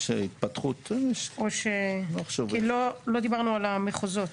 לא דיברנו על המחוזות.